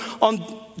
on